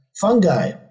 fungi